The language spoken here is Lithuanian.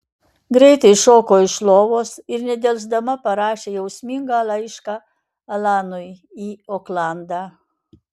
greitai šoko iš lovos ir nedelsdama parašė jausmingą laišką alanui į oklandą